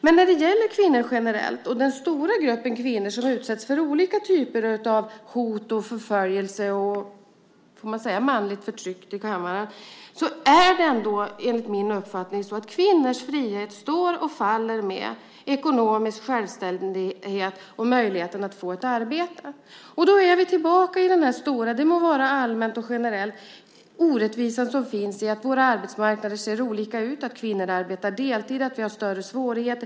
Men när det gäller kvinnor generellt, och den stora grupp av kvinnor som utsätts för olika typer av hot, förföljelse och manligt förtryck - om man får säga så till kammaren - är det ändå enligt min uppfattning så att kvinnors frihet står och faller med ekonomisk självständighet och möjligheten att få ett arbete. Detta må vara allmänt och generellt, men då är vi tillbaka i den orättvisa som finns i att våra arbetsmarknader ser olika ut. Kvinnor arbetar deltid och har större svårigheter.